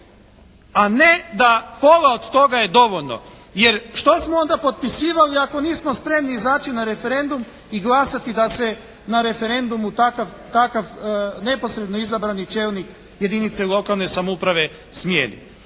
A ne da pola od toga je dovoljno. Jer što smo onda potpisivali ako nismo spremni izaći na referendum i glasati da se na referendumu takav neposredno izabrani čelnik jedinice lokalne samouprave smijeni.